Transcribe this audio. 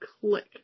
click